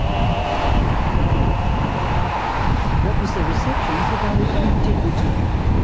um what was the reception for those who did return?